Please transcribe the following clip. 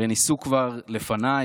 הרי ניסו כבר לפניי.